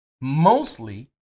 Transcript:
mostly